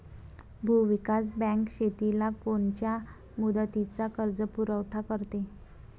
भूविकास बँक शेतीला कोनच्या मुदतीचा कर्जपुरवठा करते?